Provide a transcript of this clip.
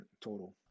total